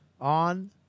on